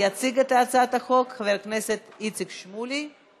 יציג את הצעת החוק חבר הכנסת איציק שמולי.